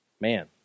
man